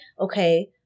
okay